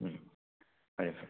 ꯎꯝ ꯐꯔꯦ ꯐꯔꯦ